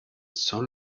son